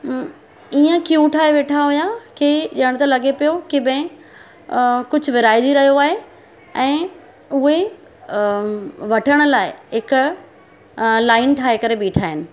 इएं क्यू ठाहे वेठा हुया कि ॼणु त लॻे पियो कि भई कुझु विराहिजी रहियो आहे ऐं उहे वठण लाइ हिक लाइन ठाहे करे बीठा आहिनि